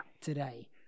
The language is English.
today